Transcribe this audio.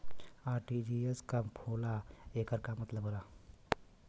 RTGS का होला एकर का मतलब होला?